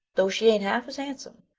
though she ain't half as handsome,